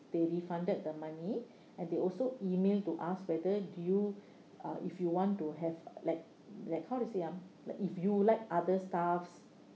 they refunded the money and they also email to ask whether you uh if you want to have like like how to say ah like if you like other stuffs